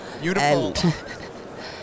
Beautiful